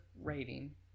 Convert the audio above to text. rating